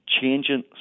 changing